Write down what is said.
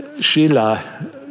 Sheila